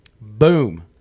Boom